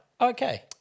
Okay